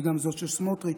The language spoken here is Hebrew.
וגם זאת של סמוטריץ'.